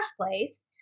place